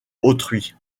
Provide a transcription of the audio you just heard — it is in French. autrui